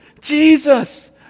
jesus